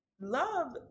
Love